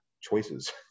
choices